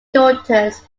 daughters